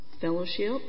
Fellowship